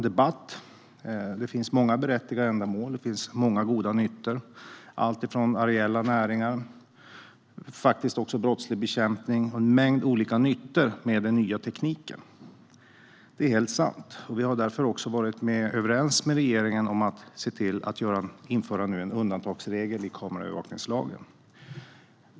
Det finns många berättigade ändamål och många goda nyttor, alltifrån luftburna näringar till brottsbekämpning. Det är helt sant att det finns en mängd olika nyttor med den nya tekniken. Vi har därför varit överens med regeringen om att se till att införa en undantagsregel i kameraövervakningslagen.